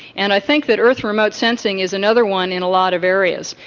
and i think that earth remote sensing is another one in a lot of areas,